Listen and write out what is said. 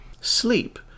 Sleep